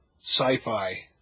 sci-fi